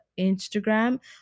Instagram